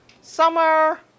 summer